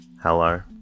Hello